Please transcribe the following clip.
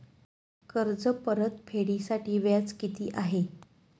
कर्ज परतफेडीसाठी व्याज किती आहे?